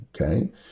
Okay